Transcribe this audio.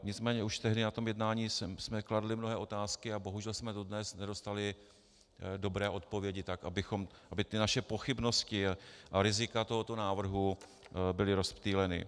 Nicméně už tehdy na tom jednání jsme kladli mnohé otázky a bohužel jsme dodnes nedostali dobré odpovědi, tak aby ty naše pochybnosti a rizika tohoto návrhu byly rozptýleny.